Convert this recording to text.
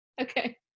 Okay